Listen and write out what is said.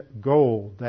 gold